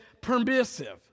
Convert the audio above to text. permissive